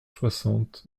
soixante